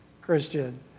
Christian